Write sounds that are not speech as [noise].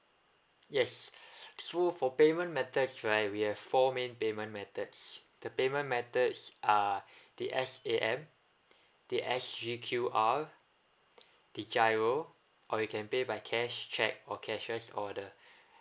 yes full for payment methods right we have four main payment methods the payment methods are [breath] the S_A_M the S_G_Q_R the GIRO or you can pay by cash cheque or cashier's order